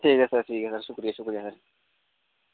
ठीक ऐ सर ठीक ऐ सर शुक्रिया शुक्रिया सर